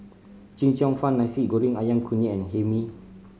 Chee Cheong Fun Nasi Goreng Ayam Kunyit and Hae Mee